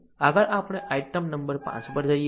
આગળ આપણે item number 5 પર જઈએ છીએ